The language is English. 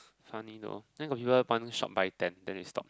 funny lor then got people one shot buy ten then they stop